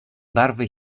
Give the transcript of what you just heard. barwy